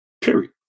Period